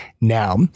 now